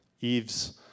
Eve's